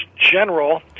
general